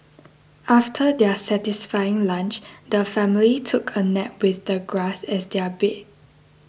after their satisfying lunch the family took a nap with the grass as their bed